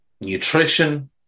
nutrition